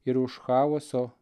ir už chaoso